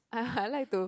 I like to